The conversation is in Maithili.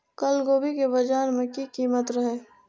कल गोभी के बाजार में की कीमत रहे?